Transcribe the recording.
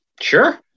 Sure